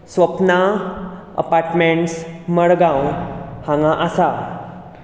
सपना apartments Madgaon हांगा आसा